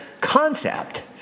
concept